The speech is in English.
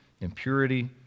impurity